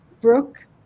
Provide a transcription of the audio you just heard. Brooke